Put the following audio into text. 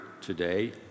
today